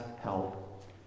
help